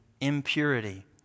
impurity